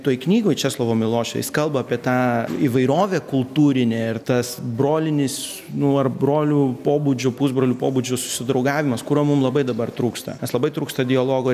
toj knygoj česlovo milošo jis kalba apie tą įvairovę kultūrinę ir tas brolinis nu ar brolių pobūdžio pusbrolių pobūdžio susidraugavimas kurio mum labai dabar trūksta nes labai trūksta dialogo